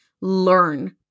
learn